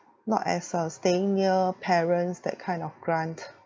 not as a staying near parents that kind of grant